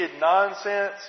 nonsense